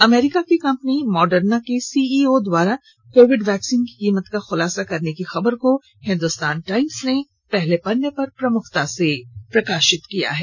America की company Moderna के CEO द्वारा कोविड वैक्सीन की कीमत का खुलासा करने की खबर को हिन्दुस्तान टाइम्स ने पहले पन्ने पर प्रमुखता से प्रकाशित किया है